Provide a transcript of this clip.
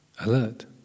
alert